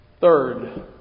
Third